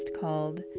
called